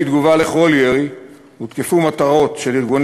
כתגובה על כל ירי הותקפו מטרות של ארגון